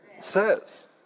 says